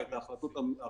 אז מה, תגיד מה.